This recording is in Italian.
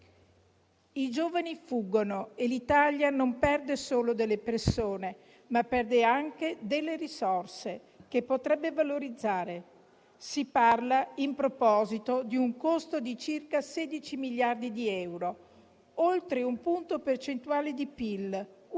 I giovani fuggono e l'Italia non perde solo delle persone, ma anche delle risorse che potrebbe valorizzare. Si parla in proposito di un costo di circa 16 miliardi di euro, oltre un punto percentuale di PIL, un